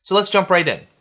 so let's jump right in.